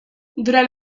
durant